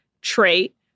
trait